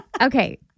Okay